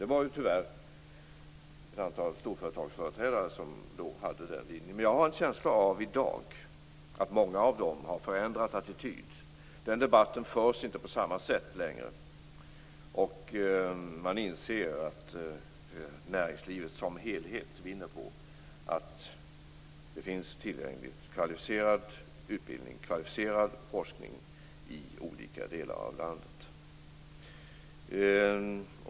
Det var tyvärr ett antal storföretagsföreträdare som drev den linjen, men jag har en känsla av att många av dem i dag har ändrat attityd. Den debatten förs inte längre på samma sätt. Man inser att näringslivet som helhet vinner på att kvalificerad utbildning och forskning finns tillgänglig i olika delar av landet.